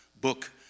book